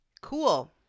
Cool